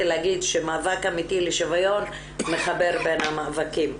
להגיד שמאבק אמיתי לשוויון מחבר בין המאבקים,